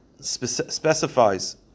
specifies